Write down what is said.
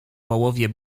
połowie